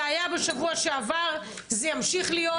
זה היה בשבוע שעבר, זה ימשיך להיות.